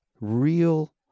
real